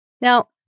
Now